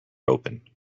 open